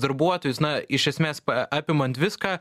darbuotojus na iš esmės apimant viską